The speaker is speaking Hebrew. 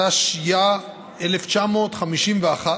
התשי"א 1951,